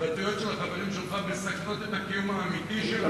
ההתבטאויות של החברים שלך מסכנות את הקיום האמיתי שלנו,